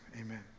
amen